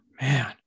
man